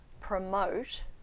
promote